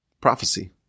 prophecy